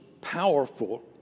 powerful